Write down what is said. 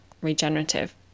regenerative